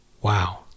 Wow